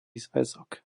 zväzok